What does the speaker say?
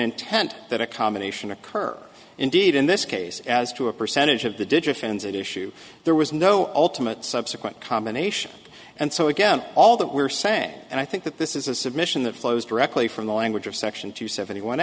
intent that a combination occur indeed in this case as to a percentage of the digit fans at issue there was no ultimate subsequent combination and so again all that we are saying and i think that this is a submission that flows directly from the language of section two seventy one